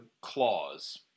clause